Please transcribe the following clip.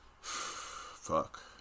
Fuck